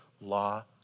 law